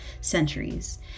centuries